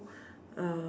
uh